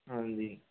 हाँ जी